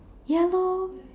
ya lor